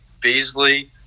Beasley